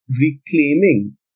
reclaiming